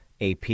AP